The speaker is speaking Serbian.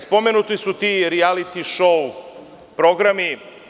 Spomenuti su i ti rijaliti šou programi.